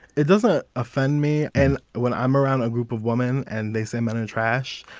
it doesn't offend me. and when i'm around a group of woman and they say men and trash,